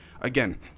again